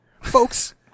folks